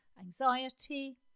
Anxiety